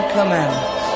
Commandments